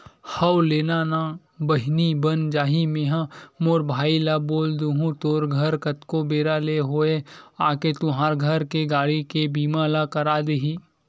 हव लेना ना बहिनी बन जाही मेंहा मोर भाई ल बोल दुहूँ तोर घर कतको बेरा ले होवय आके तुंहर घर के गाड़ी के बीमा ल कर दिही